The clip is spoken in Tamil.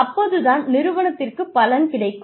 அப்போது தான் நிறுவனத்திற்கு பலன் கிடைக்கும்